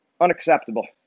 unacceptable